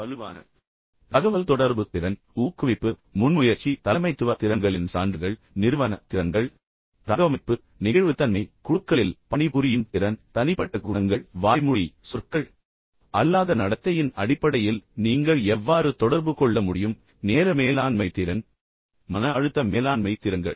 வலுவான தகவல்தொடர்பு திறன் ஊக்குவிப்பு முன்முயற்சி தலைமைத்துவ திறன்களின் சான்றுகள் நிறுவன திறன்கள் தகவமைப்பு நெகிழ்வுத்தன்மை குழுக்களில் பணிபுரியும் திறன் தனிப்பட்ட குணங்கள் வாய்மொழி மற்றும் சொற்கள் அல்லாத நடத்தையின் அடிப்படையில் நீங்கள் எவ்வாறு தொடர்பு கொள்ள முடியும் நேர மேலாண்மை திறன் மன அழுத்த மேலாண்மை திறன்கள்